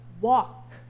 walk